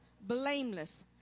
blameless